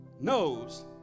knows